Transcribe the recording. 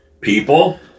People